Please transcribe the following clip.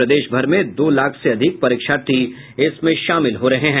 प्रदेशभर में दो लाख से अधिक परीक्षार्थी इसमें शामिल हो रहे हैं